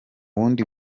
wundi